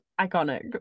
iconic